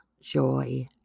joy